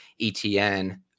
ETN